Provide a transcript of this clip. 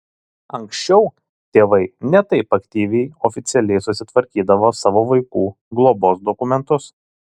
anksčiau tėvai ne taip aktyviai oficialiai susitvarkydavo savo vaikų globos dokumentus